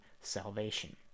salvation